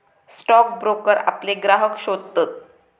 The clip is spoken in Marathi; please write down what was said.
स्टॉक ब्रोकर आपले ग्राहक शोधतत